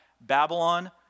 Babylon